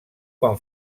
quan